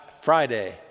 Friday